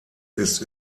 ist